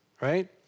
right